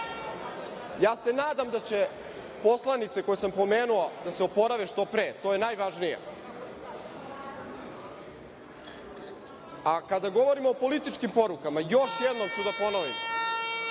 se nadam da će poslanice koje sam pomenuo da se oporave što pre. To je najvažnije. Kada govorimo o političkim porukama, još jednom ću da ponovim,